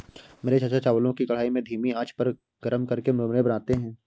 मेरे चाचा चावलों को कढ़ाई में धीमी आंच पर गर्म करके मुरमुरे बनाते हैं